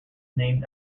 named